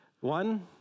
One